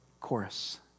chorus